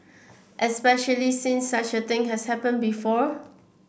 especially since such a thing has happened before